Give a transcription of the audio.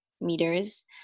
meters